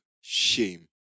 shame